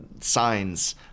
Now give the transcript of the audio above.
signs